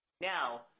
Now